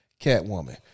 Catwoman